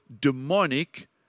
demonic